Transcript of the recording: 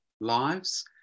lives